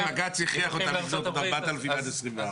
בג"ץ הכריח אותם לבנות עוד 4,000 עד 2024. אם משווים